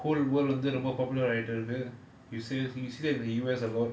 cool wool வந்து ரொம்ப:vanthu romba popular ஆயிட்டு இருக்கு:ayittu iruku you see that in the U_S a lot